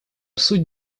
суть